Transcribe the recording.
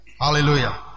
Hallelujah